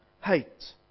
hate